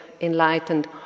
enlightened